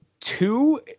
two